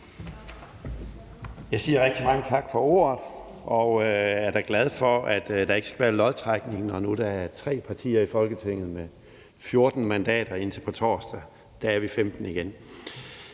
Jeg siger rigtig mange tak for ordet, og jeg er da glad for, at der ikke skal være lodtrækning, når der nu er tre partier i Folketinget med 14 mandater – indtil på torsdag, hvor vi igen